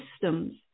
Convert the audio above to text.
systems